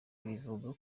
bivuga